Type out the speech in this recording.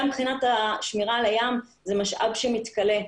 גם מבחינת שמירה על הים כי זה משאב שמתכלה.